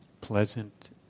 pleasant